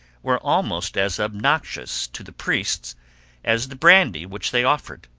were almost as obnoxious to the priests as the brandy which they offered.